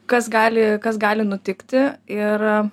kas gali kas gali nutikti ir